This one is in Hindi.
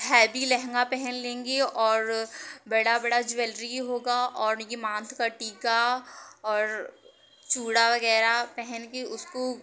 हैवी लहंगा पहन लेंगे और बड़ा बड़ा ज्वेलरी होगा और ये माथे का टीका और चूड़ा वगैरह पहन कर उसको